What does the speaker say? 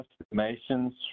estimations